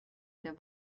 der